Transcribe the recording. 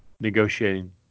negotiating